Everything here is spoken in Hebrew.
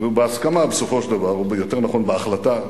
ובהסכמה בסופו של דבר, יותר נכון בהחלטה,